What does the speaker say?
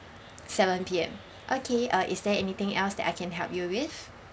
seven P_M okay uh is there anything else that I can help you with